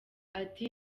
ati